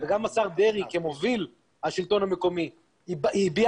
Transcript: וגם השר דרעי כמוביל השלטון המקומי הביע